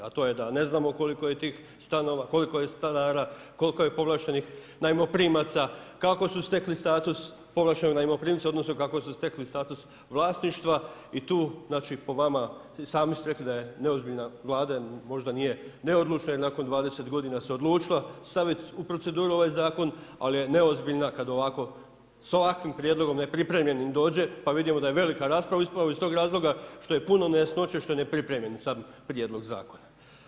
A to je da ne znamo koliko je tih stanova, koliko je stanara, koliko je povlaštena najmoprimaca, kako su stekli status povlaštenog najmoprimca, odnosno, kako su stekli status vlasništva i tu znači po vama i sami ste rekli da je neozbiljan, Vlada možda nije neodlučna jer nakon 20 g. se odlučila staviti u proceduru ovaj zakon, ali je neozbiljna kad s ovakvim prijedlogom nepripremljenim dođe pa vidimo da je velika rasprava, upravo iz tog razloga što je puno nejasnoće, što je nepripremljen sam prijedlog zakona.